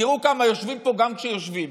תראו כמה יושבים פה גם כשיושבים,